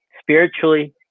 spiritually